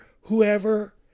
whoever